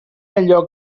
allò